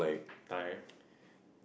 Thai